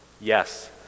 Yes